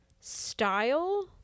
style